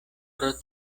pro